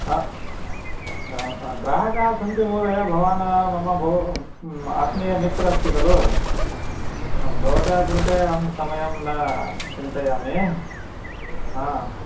ह ग्राहकाः सन्ति महोदय भवान् मम बहु आत्मीयमित्रम् अस्ति खलु भवतः कृते अहं समयं न चिन्तयामि हा